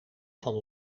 van